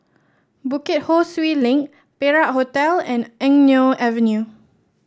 Bukit Ho Swee Link Perak Hotel and Eng Neo Avenue